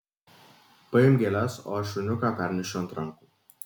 paimk gėles o aš šuniuką pernešiu ant rankų